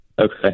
Okay